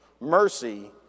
Mercy